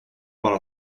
bara